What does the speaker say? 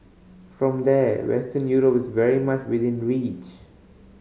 from there Western Europe is very much within reach